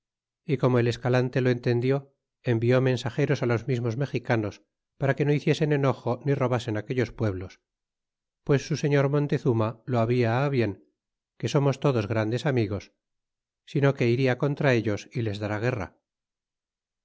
y como el escalante lo entendió envió mensageros los mismos mexicanos para que no hiciesen enojo ni robasen aquellos pueblos pues su señor montezuma lo halda bien que somos todos grandes amigos sino que ira contra ellos y les dará guerra